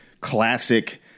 classic